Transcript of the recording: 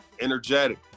energetic